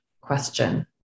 question